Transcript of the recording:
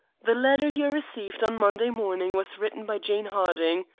the letter you received on monday morning was written by jane harding.